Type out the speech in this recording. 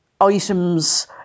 items